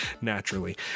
naturally